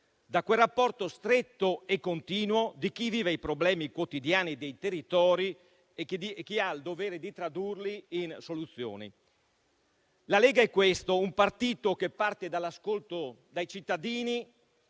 da quel rapporto stretto e continuo di chi vive i problemi quotidiani dei territori e ha il dovere di tradurli in soluzioni. La Lega è questo: un partito che parte dall'ascolto dei cittadini